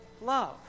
love